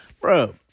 Bro